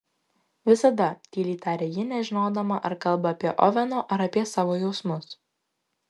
visada tyliai tarė ji nežinodama ar kalba apie oveno ar apie savo jausmus